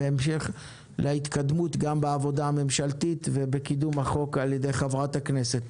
בהמשך להתקדמות גם בעבודה הממשלתית ובקידום החוק על ידי חברת הכנסת.